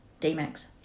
D-Max